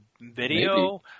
video